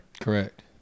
Correct